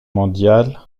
mondiale